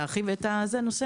להרחיב את הנושא.